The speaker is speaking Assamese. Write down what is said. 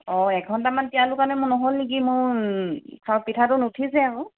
অ' এঘণ্টামান তিয়ালোঁ কাৰণে মোৰ নহ'ল নেকি মোৰ পিঠাটো নুঠিছে আকৌ